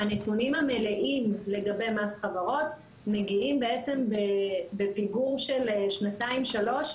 הנתונים המלאים לגבי מס חברות מגיעים בפיגור של שנתיים-שלוש,